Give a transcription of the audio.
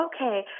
Okay